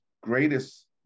greatest